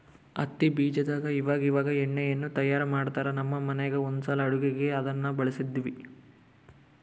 ಹತ್ತಿ ಬೀಜದಾಗ ಇವಇವಾಗ ಎಣ್ಣೆಯನ್ನು ತಯಾರ ಮಾಡ್ತರಾ, ನಮ್ಮ ಮನೆಗ ಒಂದ್ಸಲ ಅಡುಗೆಗೆ ಅದನ್ನ ಬಳಸಿದ್ವಿ